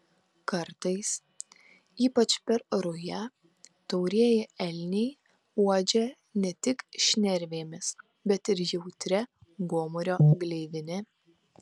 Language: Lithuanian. kartais ypač per rują taurieji elniai uodžia ne tik šnervėmis bet ir jautria gomurio gleivine